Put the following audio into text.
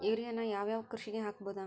ಯೂರಿಯಾನ ಯಾವ್ ಯಾವ್ ಕೃಷಿಗ ಹಾಕ್ಬೋದ?